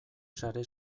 sare